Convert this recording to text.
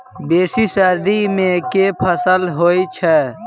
बेसी सर्दी मे केँ फसल होइ छै?